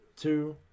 two